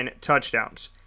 touchdowns